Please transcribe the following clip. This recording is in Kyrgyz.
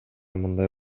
мындай